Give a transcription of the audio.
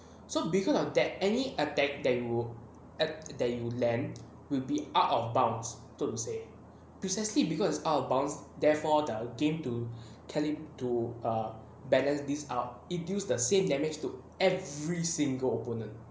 so because of that any attack that would err you would land will be out of bounds so to say precisely because it is out of bounds therefore the game to cali~ err balance this out are induced the same damage to every single opponent